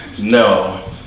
No